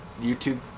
YouTube